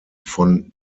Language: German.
von